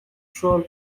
troll